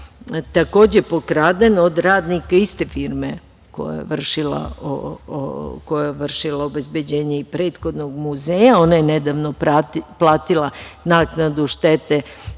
takođe je pokraden od radnika iste firme koja je vršila obezbeđenje i prethodnog muzeja. Ona je nedavno platila naknadu štete